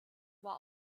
war